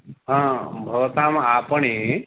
हा भवताम् आपणे